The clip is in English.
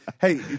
Hey